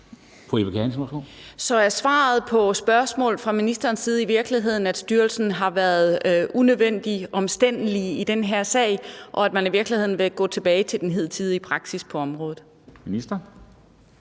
svar på spørgsmålet i virkeligheden, at styrelsen har været unødvendig omstændelig i den her sag, og at man i virkeligheden vil gå tilbage til den hidtidige praksis på området? Kl.